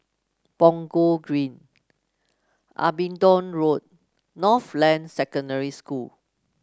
Punggol Green Abingdon Road Northland Secondary School